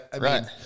Right